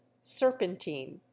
serpentine